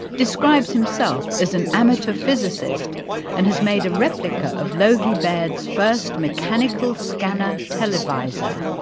describes himself as an amateur physicist and has made a replica of logie baird's first mechanical scanner televisor.